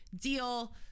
deal